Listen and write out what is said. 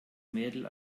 mädel